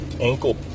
ankle